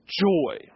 joy